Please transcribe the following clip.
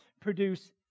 produce